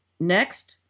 Next